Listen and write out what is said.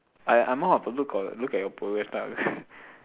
I I'm more of a look oh look at your progress type ah